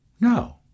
no